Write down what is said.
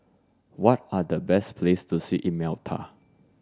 what are the best places to see in Malta